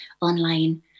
online